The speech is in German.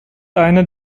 eine